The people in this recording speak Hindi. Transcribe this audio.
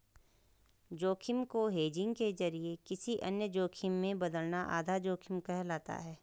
जोखिम को हेजिंग के जरिए किसी अन्य जोखिम में बदलना आधा जोखिम कहलाता है